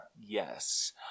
Yes